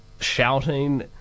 shouting